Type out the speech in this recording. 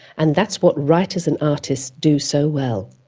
and that's what writers and artists do so well.